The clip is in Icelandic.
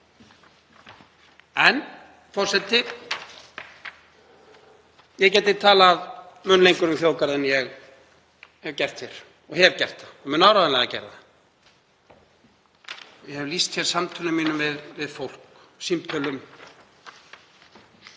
Forseti. Ég gæti talað mun lengur um þjóðgarða en ég hef gert hér, ég hef gert það og mun áreiðanlega gera það. Ég hef lýst hér samtölum mínum við fólk, símtölum.